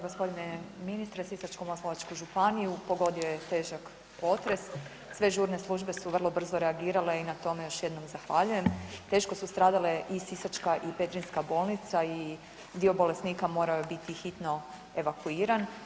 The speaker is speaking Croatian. G. ministre, Sisačko-moslavačku županiju pogodio je težak potres, sve žurne službe su vrlo brzo reagirale i na tome još jednom zahvaljujem, teško su stradale i sisačka i petrinjska bolnica i dio bolesnika morao je biti hitno evakuiran.